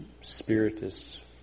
spiritists